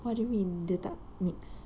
what do you mean dia tak mix